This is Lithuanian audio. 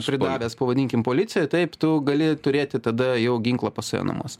pridavęs pavadinkim policijai taip tu gali turėti tada jau ginklą pas save namuose